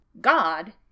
God